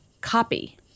copy